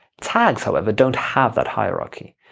tags, however, don't have that hierarchy.